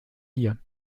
hier